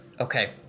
Okay